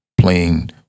playing